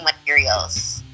materials